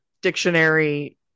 dictionary